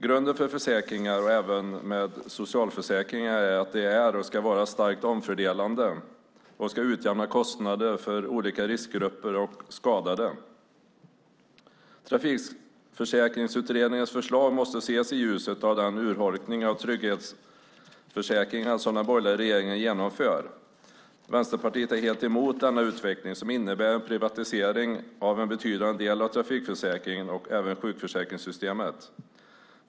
Grunden för försäkringar, även socialförsäkringar, är att de är och ska vara starkt omfördelande och ska utjämna kostnader för olika riskgrupper och skadade. Trafikförsäkringsutredningens förslag måste ses i ljuset av den urholkning av trygghetsförsäkringen som den borgerliga regeringen genomför. Vänsterpartiet är helt emot denna utveckling som innebär en privatisering av en betydande del av trafikförsäkringen och även sjukförsäkringssystemet.